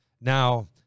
Now